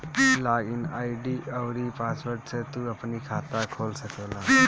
log in ID अउरी password से तू अपनी खाता के खोल सकेला